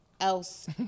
else